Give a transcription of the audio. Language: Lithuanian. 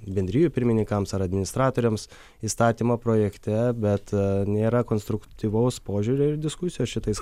bendrijų pirmininkams ar administratoriams įstatymo projekte bet nėra konstruktyvaus požiūrio ir diskusijos šitais